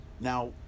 Now